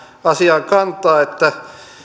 asiaan kantaa että